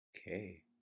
Okay